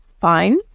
fine